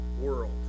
world